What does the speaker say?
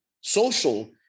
social